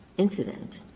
incident.